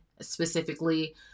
specifically